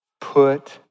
Put